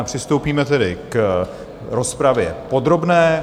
Přistoupíme tedy k rozpravě podrobné.